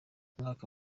umwaka